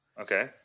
okay